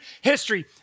history